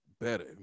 better